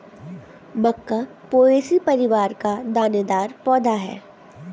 मक्का poaceae परिवार का दानेदार पौधा है